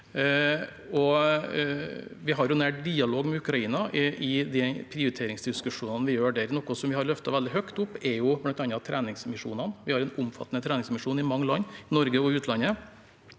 Vi har nær dialog med Ukraina i de prioriteringsdiskusjonene vi har. Noe vi har løftet veldig høyt opp, er bl.a. treningsmisjonene. Vi har en omfattende treningsmisjon i mange land, både i Norge og i utlandet,